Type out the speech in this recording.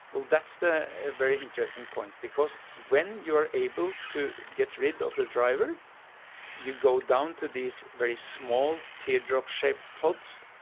that's the very interesting point, because when you are able to get rid of the driver you go down to these very small teardrop-shaped pods,